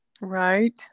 Right